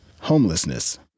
homelessness